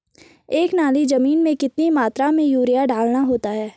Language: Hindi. एक नाली जमीन में कितनी मात्रा में यूरिया डालना होता है?